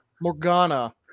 Morgana